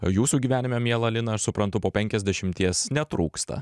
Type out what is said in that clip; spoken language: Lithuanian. jūsų gyvenime miela lina aš suprantu po penkiasdešimties netrūksta